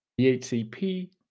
DHCP